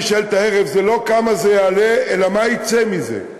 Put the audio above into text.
לא כמה זה יעלה, אלא מה יצא מזה.